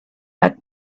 had